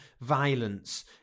violence